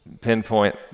pinpoint